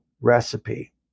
recipe